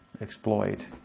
exploit